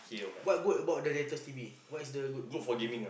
what good about the latest T_V what's the good gitu